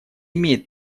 имеет